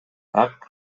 акт